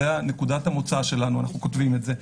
זאת נקודת המוצא שלנו, אנחנו כותבים את זה.